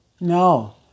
no